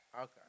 Okay